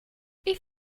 ich